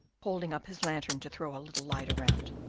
holding up his lantern to throw a little light around,